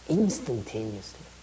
instantaneously